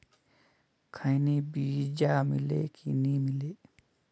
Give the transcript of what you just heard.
खैनी बिजा मिले कि नी मिले?